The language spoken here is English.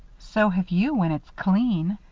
so have you when it's clean.